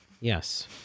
yes